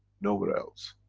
nowhere else.